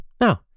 No